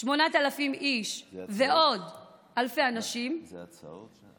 8,000 איש ועוד אלפי אנשים, זה הצעות?